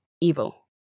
evil